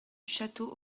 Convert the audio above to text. château